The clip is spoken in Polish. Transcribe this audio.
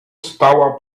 stała